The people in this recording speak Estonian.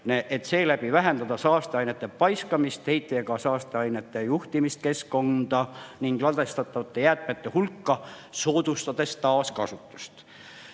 et seeläbi vähendada saasteainete paiskamist, heit- ja saasteainete juhtimist keskkonda ning ladestatavate jäätmete hulka, soodustades taaskasutust.